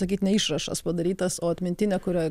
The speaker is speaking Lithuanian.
sakyt ne išrašas padarytas o atmintinė kurioj